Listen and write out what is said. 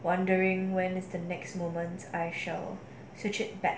wondering when is the next moment I shall switch it back